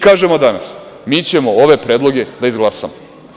Kažemo danas – mi ćemo ove predloge da izglasamo.